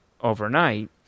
overnight